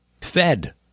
fed